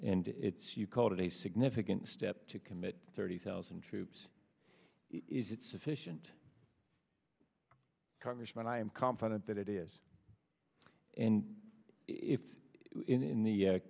and it's you called it a significant step to commit thirty thousand troops is it sufficient congressman i am confident that it is and if in the